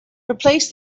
replace